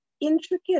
Intricate